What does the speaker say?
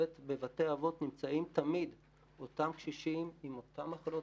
בבתי האבות נמצאים תמיד אותם קשישים עם אותן מחלות